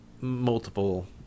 multiple